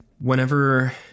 whenever